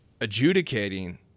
adjudicating